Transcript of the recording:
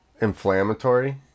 inflammatory